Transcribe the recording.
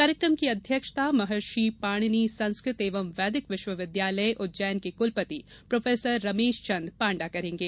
कार्यक्रम की अध्यक्षता महर्षि पाणिनि संस्कृत एवं वैदिक विश्वविद्यालय उज्जैन के कुलपति प्रो रमेशचन्द पांडा करेंगे